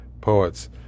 poets